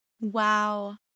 Wow